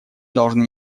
должны